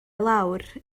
lawr